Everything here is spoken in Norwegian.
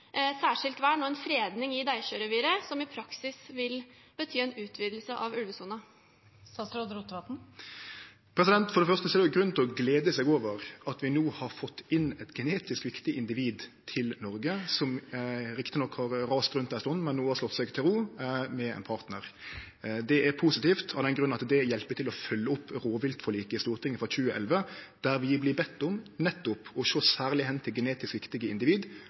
fredning i Deisjøreviret, som i praksis vil bety en utvidelse av ulvesonen? For det første er det grunn til å glede seg over at vi no har fått inn eit genetisk viktig individ til Noreg, som riktignok har rast rundt ei stund, men no har slått seg til ro med ein partnar. Det er positivt, av den grunn at det hjelper til med å følgje opp rovviltforliket i Stortinget frå 2011, då vi vart bedne om nettopp å sjå særleg hen til genetisk viktige individ